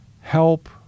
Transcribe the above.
help